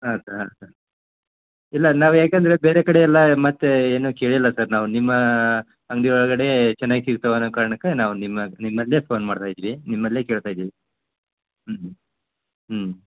ಹಾಂ ಸರ್ ಹಾಂ ಸರ್ ಇಲ್ಲ ನಾವು ಯಾಕೆಂದ್ರೆ ಬೇರೆ ಕಡೆ ಎಲ್ಲ ಮತ್ತೆ ಏನು ಕೇಳಿಲ್ಲ ಸರ್ ನಾವು ನಿಮ್ಮ ಅಂಗಡಿ ಒಳಗಡೆ ಚೆನ್ನಾಗಿ ಸಿಗ್ತವೆ ಅನ್ನೋ ಕಾರ್ಣಕ್ಕೆ ನಾವು ನಿಮ್ಮ ನಿಮ್ಮಲ್ಲೆ ಫೋನ್ ಮಾಡ್ತಾ ಇದ್ವಿ ನಿಮ್ಮಲ್ಲೆ ಕೇಳ್ತಾ ಇದ್ದೀವಿ ಹ್ಞೂ ಹ್ಞೂ ಹ್ಞೂ